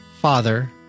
Father